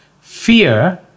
fear